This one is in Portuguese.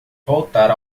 voltar